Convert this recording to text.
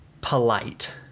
polite